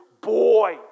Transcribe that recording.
boy